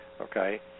okay